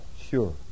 sure